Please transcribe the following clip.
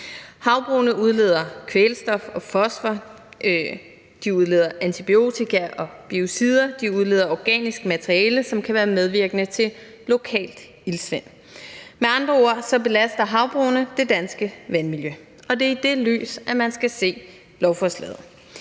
Havbrugene udleder kvælstof og fosfor, de udleder antibiotika og biocider, de udleder organisk materiale, som kan være medvirkende til lokalt iltsvind. Med andre ord belaster havbrugene det danske vandmiljø, og det er i det lys, man skal se lovforslaget.